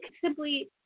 simply